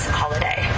holiday